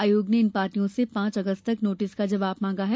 आयोग ने इन पार्टियों से पांच अगस्त तक नोटिस का जवाब मांगा है